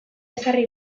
ezarri